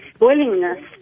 willingness